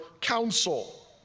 counsel